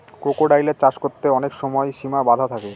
ক্রোকোডাইলের চাষ করতে অনেক সময় সিমা বাধা থাকে